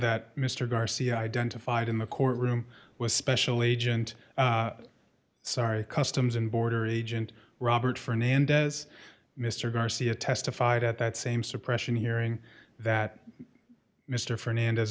that mr garcia identified in the courtroom was special agent sorry customs and border agent robert fernandez mr garcia testified at that same suppression hearing that mr fernandez